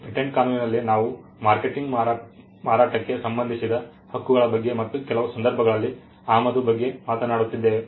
patent ಕಾನೂನಿನಲ್ಲಿ ನಾವು marketing ಮಾರಾಟಕ್ಕೆ ಸಂಬಂಧಿಸಿದ ಹಕ್ಕುಗಳ ಬಗ್ಗೆ ಮತ್ತು ಕೆಲವು ಸಂದರ್ಭಗಳಲ್ಲಿ ಆಮದು ಬಗ್ಗೆ ಮಾತನಾಡುತ್ತಿದ್ದೇವೆ